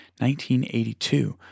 1982